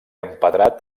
empedrat